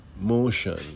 motion